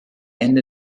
ende